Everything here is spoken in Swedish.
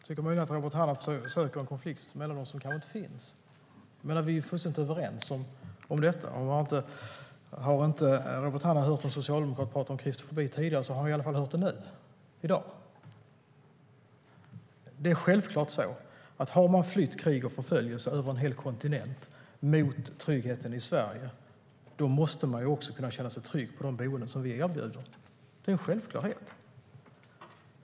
Herr talman! Robert Hannah söker en konflikt mellan oss som inte finns. Vi är fullständigt överens om detta, och om Robert Hannah inte har hört någon socialdemokrat prata om kristofobi tidigare har han i alla fall hört det nu i dag. Om man har flytt från krig och förföljelse över en hel kontinent mot tryggheten i Sverige är det självklart att man också måste kunna känna sig trygg på de boenden vi erbjuder. Det är en självklarhet.